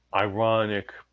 ironic